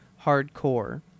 hardcore